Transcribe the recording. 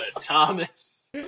Thomas